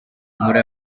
muri